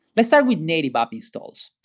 let's start with native app installs.